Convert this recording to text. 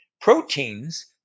proteins